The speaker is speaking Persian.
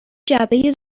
جعبه